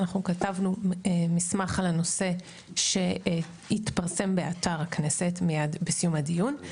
אנחנו כתבנו מסמך על הנושא שיתפרסם באתר הכנסת מיד בסיום הדיון.